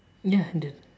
ya I did